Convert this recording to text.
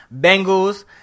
Bengals